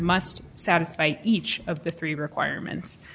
must satisfy each of the three requirements